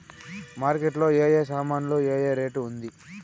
Market లో ఏ ఏ సామాన్లు ఏ ఏ రేటు ఉంది?